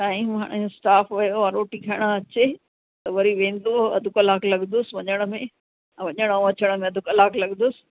time हाणे staff वयो आहे रोटी खाइण अचे त वरी वेंदो अधु कलाकु लॻंदुसि वञण में वञणु ऐं अचण में अधु कलाकु लॻंदुसि